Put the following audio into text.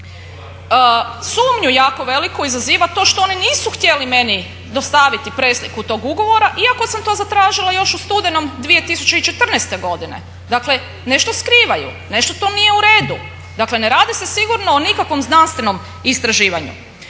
Sumnju jako veliku izaziva to što oni nisu htjeli meni dostaviti presliku tog ugovora iako sam to zatražila još u studenom 2014. godine. Dakle, nešto skrivaju, nešto tu nije u redu. Dakle, ne radi se sigurno o nikakvom znanstvenom istraživanju.